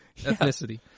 Ethnicity